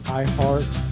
iHeart